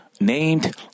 named